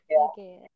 Okay